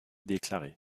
déclarée